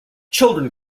children